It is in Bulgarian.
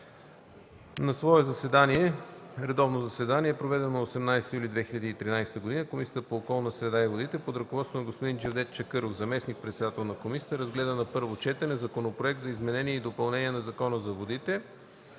„На свое редовно заседание, проведено на 18 юли 2013 г., Комисията по околната среда и водите, под ръководството на господин Джевдет Чакъров – заместник-председател на Комисията, разгледа на първо четене Законопроект за изменение и допълнение на Закона за водите,